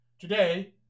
Today